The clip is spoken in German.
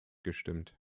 gestimmt